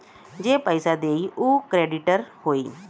जे पइसा देई उ क्रेडिटर होई